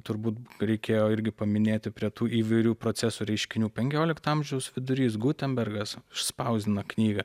turbūt reikėjo irgi paminėti prie tų įvairių procesų reiškinių penkiolikto amžiaus vidurys gutenbergas išspausdina knygą